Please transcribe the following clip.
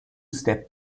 step